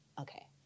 Okay